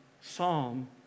Psalm